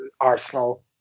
Arsenal